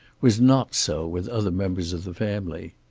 was not so with other members of the family.